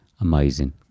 amazing